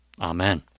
Amen